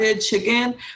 chicken